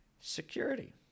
security